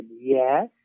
yes